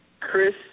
Chris